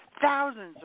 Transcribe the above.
Thousands